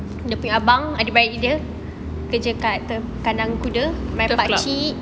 turf club